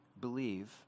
believe